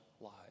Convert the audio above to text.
lies